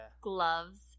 gloves